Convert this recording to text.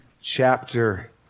chapter